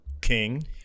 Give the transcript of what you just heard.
king